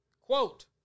quote